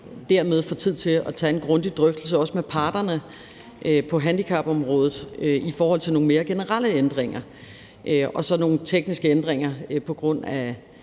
vi dermed får tid til at tage en grundig drøftelse, også med parterne på handicapområdet, i forhold til nogle mere generelle ændringer. Så er der nogle tekniske ændringer på grund af